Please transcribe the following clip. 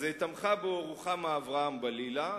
אז תמכה בו רוחמה אברהם-בלילא,